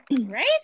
Right